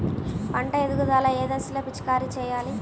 పంట ఎదుగుదల ఏ దశలో పిచికారీ చేయాలి?